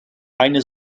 eine